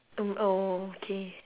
mm oh oh oh okay